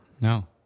No